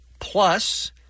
Plus